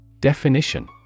Definition